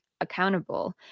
accountable